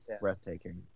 breathtaking